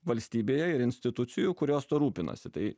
valstybėje ir institucijų kurios tuo rūpinasi tai